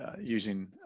using